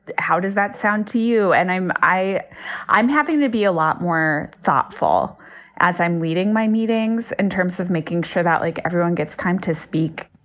how does that sound to you? and i'm i i'm happy to be a lot more thoughtful as i'm leading my meetings in terms of making sure that, like, everyone gets time to speak